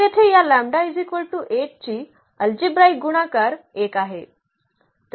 तर येथे या ची अल्जेब्राईक गुणाकार 1 आहे